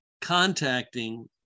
contacting